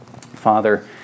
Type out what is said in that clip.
Father